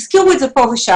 הזכירו את זה פה ושם.